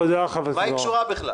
מה היא קשורה?